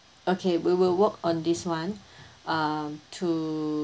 okay we will work on this one um to